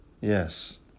Yes